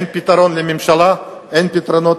אין פתרון לממשלה,